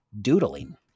doodling